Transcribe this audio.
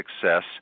success